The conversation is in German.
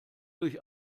durch